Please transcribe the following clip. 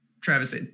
Travis